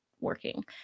working